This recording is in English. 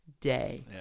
day